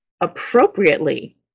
appropriately